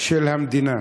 של המדינה.